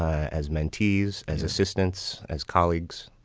as mentees, as assistants, as colleagues,